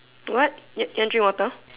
what you you want drink water